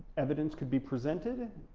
evidence could be presented,